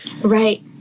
Right